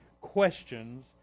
questions